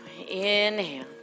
Inhale